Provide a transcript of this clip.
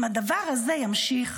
אם הדבר הזה ימשיך,